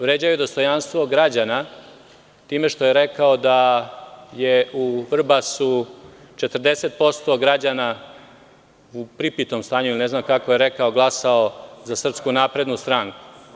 Vređao je dostojanstvo građana time što je rekao da je u Vrbasu 40% građana u pripitom stanju, ne znam kako je rekao, glasao za SNS.